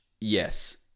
yes